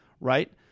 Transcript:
right